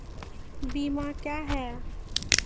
बीमा क्या हैं?